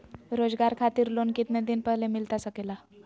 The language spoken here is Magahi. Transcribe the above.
रोजगार खातिर लोन कितने दिन पहले मिलता सके ला?